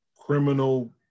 criminal